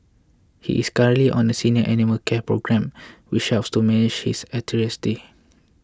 he is currently on a senior animal care programme which helps to manage his arthritis